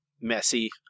messy